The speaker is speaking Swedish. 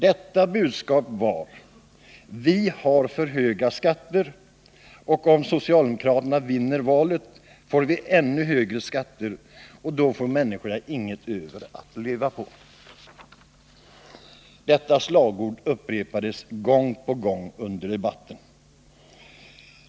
Detta budskap var: ”Vi har för höga skatter och om socialdemokraterna vinner valet får vi ännu högre skatter och då får människorna inget över att leva på.” Detta upprepades gång på gång under debatten.